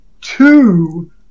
two